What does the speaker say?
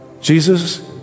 Jesus